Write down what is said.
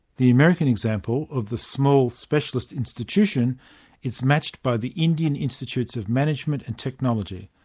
the american example of the small specialist institution is matched by the indian institutes of management and technology,